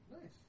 Nice